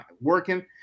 working